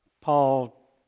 Paul